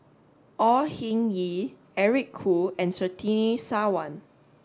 Au Hing Yee Eric Khoo and Surtini Sarwan